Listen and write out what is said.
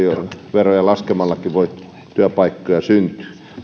veroja laskemallakin voi työpaikkoja syntyä